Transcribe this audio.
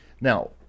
now